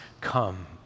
come